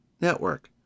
network